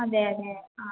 അതെ അതെ ആ